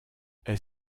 est